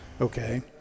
Okay